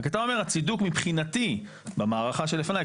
רק אתה אומר הצידוק מבחינתי במערכה שלפניי,